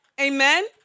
Amen